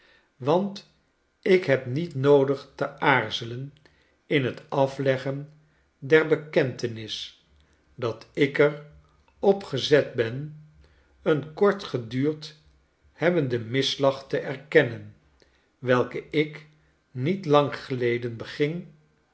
want ik heb niet noodig te aarzelen in hetafleggen der bekentenis dat ik er op gezet ben een kort geduurd hebbenden misslag te erkennen welken ik niet lang geleden beging